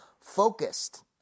focused